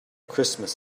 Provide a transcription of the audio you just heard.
christmas